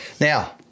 Now